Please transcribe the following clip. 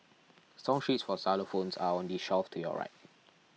song sheets for xylophones are on the shelf to your right